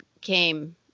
came